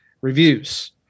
reviews